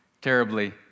terribly